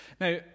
Now